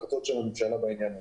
הממשלה בעניין הזה.